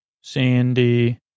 Sandy